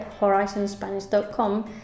horizonspanish.com